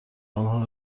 آنها